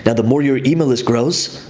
the more your email list grows,